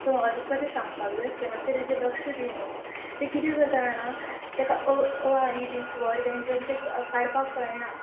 so म्हाका तुका तें सांगपाक जाय आसलें मात्चें ताजेर लक्ष दी म्हुणून तें किदें करता आणा तेका अ अ आ इ बी स्वर व्यंजन तें क काडपाक कळना